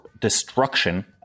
destruction